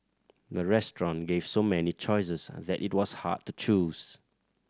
the restaurant gave so many choices and that it was hard to choose